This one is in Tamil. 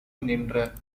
நின்ற